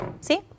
See